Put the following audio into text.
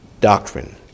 doctrine